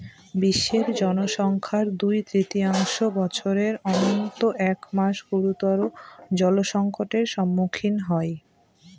বিশ্বের জনসংখ্যার দুই তৃতীয়াংশ বছরের অন্তত এক মাস গুরুতর জলসংকটের সম্মুখীন হয়